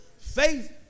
Faith